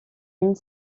une